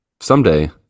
Someday